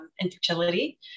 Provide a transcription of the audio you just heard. infertility